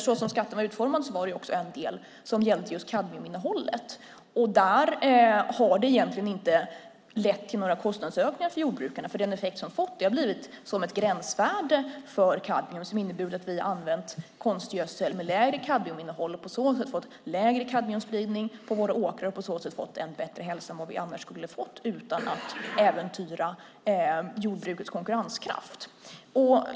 Som skatterna var utformade var det en del som gällde just kadmiuminnehållet. Där har det inte egentligen lett till några kostnadsökningar för jordbrukarna. Den effekt det har fått är att det har blivit som ett gränsvärde för kadmium. Det har inneburit att vi har använt konstgödsel med lägre kadmiuminnehåll och på så sätt fått lägre kadmiumspridning på våra åkrar och därigenom en bättre hälsa än vad vi annars skulle ha fått utan att äventyra jordbrukets konkurrenskraft.